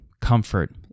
comfort